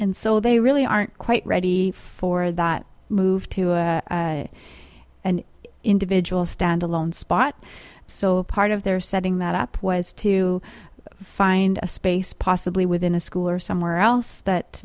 and so they really aren't quite ready for that move to an individual stand alone spot so a part of their setting that up was to find a space possibly within a school or somewhere else that